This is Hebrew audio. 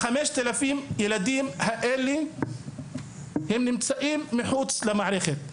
5,000 הילדים האלה נמצאים מחוץ למערכת.